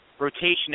rotation